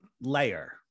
layer